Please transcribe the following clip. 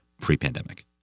pre-pandemic